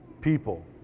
People